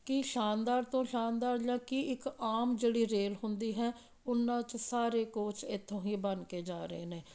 ਕੀ ਸ਼ਾਨਦਾਰ ਤੋਂ ਸ਼ਾਨਦਾਰ ਜਾਂ ਕੀ ਇੱਕ ਆਮ ਜਿਹੜੀ ਰੇਲ ਹੁੰਦੀ ਹੈ ਉਨ੍ਹਾਂ 'ਚ ਸਾਰੇ ਕੋਚ ਇੱਥੋਂ ਹੀ ਬਣ ਕੇ ਜਾ ਰਹੇ ਨੇ